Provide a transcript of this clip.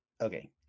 okay